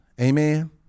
Amen